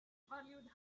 valued